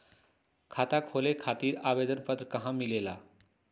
खाता खोले खातीर आवेदन पत्र कहा मिलेला?